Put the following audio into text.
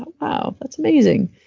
wow. that's amazing.